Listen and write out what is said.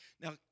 Now